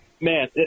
Man